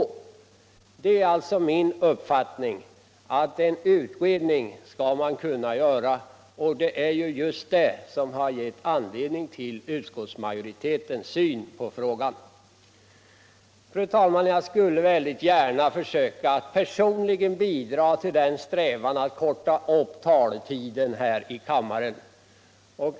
Det är alltså min uppfattning att en utredning skall göras, och det är just det som ligger bakom utskottsmajoritetens syn på frågan. Fru talman! Jag vill väldigt gärna bidra till att förkorta taletiden här i kammaren.